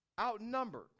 outnumbered